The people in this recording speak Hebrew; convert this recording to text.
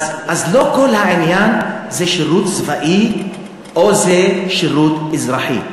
אז לא כל העניין זה שירות צבאי או שירות אזרחי.